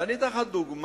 ואני אתן לך דוגמה.